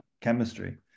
chemistry